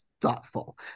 thoughtful